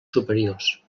superiors